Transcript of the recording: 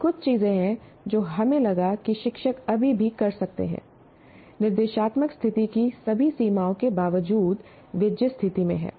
ये कुछ चीजें हैं जो हमें लगा कि शिक्षक अभी भी कर सकते हैं निर्देशात्मक स्थिति की सभी सीमाओं के बावजूद वे जिस स्थिति में हैं